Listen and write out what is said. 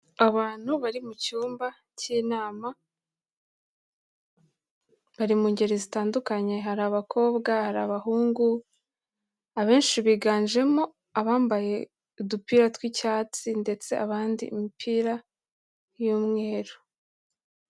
Abantu bari mu cyumba cy'inama, bari mu ngeri zitandukanye, hari abakobwa, hari abahungu, abenshi biganjemo abambaye udupira tw'icyatsi ndetse abandi imipira y'umweru.